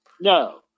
No